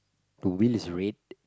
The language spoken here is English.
two wheel is red